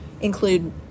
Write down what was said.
include